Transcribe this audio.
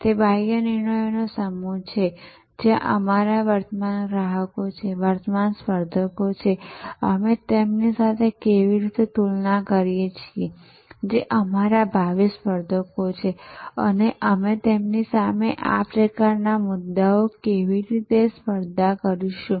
અને ત્યાં બાહ્ય નિર્ણયોના સમૂહ છે જે અમારા વર્તમાન ગ્રાહકો છે વર્તમાન સ્પર્ધકો છે અમે તેમની સાથે કેવી રીતે તુલના કરીએ છીએ જે અમારા ભાવિ સ્પર્ધકો છે અને અમે તેમની સામે આ પ્રકારના મુદ્દાઓ કેવી રીતે સ્પર્ધા કરીશું